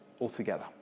altogether